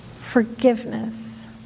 Forgiveness